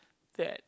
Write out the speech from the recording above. that